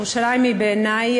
ירושלים היא בעיני,